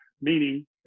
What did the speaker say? meaning